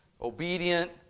obedient